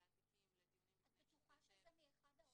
באזיקים לדיונים בפני שופט --- את בטוחה שזה מאחד העותרים?